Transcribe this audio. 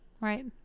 Right